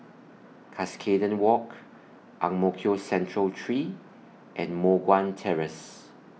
Cuscaden Walk Ang Mo Kio Central three and Moh Guan Terrace